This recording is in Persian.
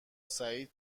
سعید